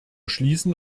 schließen